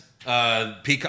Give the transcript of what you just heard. Peacock